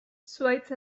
zuhaitz